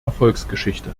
erfolgsgeschichte